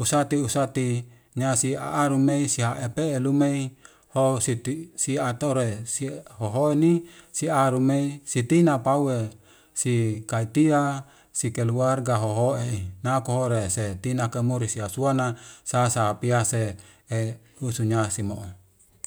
usati usati nyasi a`arumei si haepe'e lumai ho siti si tore si si hohoini si arume si tina pauwe si kaitia si kaluarga hohoe nako hore si tina kemore si hasuana sasa hapiase usunya si mo'o.